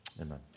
Amen